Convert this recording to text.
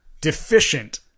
deficient